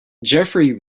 jeffery